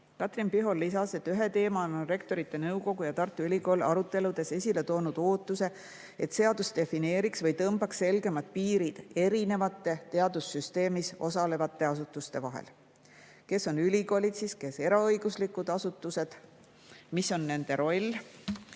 Katrin Pihor lisas, et ühe teemana on Rektorite Nõukogu ja Tartu Ülikool aruteludes esile toonud ootuse, et seadus tõmbaks selgemad piirid erinevate teadussüsteemis osalevate asutuste vahele: kes on ülikoolid, kes eraõiguslikud asutused, mis on nende roll